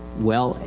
well,